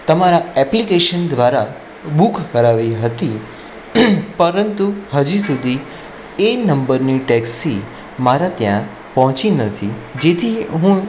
તમારા એપ્લિકેશન દ્વારા બુક કરાવી હતી પરંતુ હજી સુધી એ નંબરની ટેક્સી મારા ત્યાં પહોંચી નથી જેથી હું